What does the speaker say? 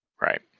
right